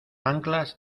anclas